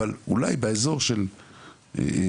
אבל אולי באזור של העמקים,